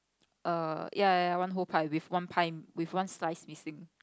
err ya ya one whole pie with one pie with one slice missing